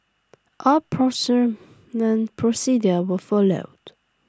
all procurement procedures were followed